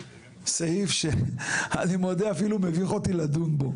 לסעיף שאני מודה שאפילו מביך אותי לדון בו.